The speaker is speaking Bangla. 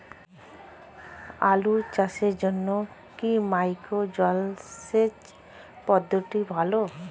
আলু চাষের জন্য কি মাইক্রো জলসেচ পদ্ধতি ভালো?